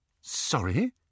Sorry